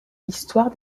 histoire